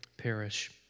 perish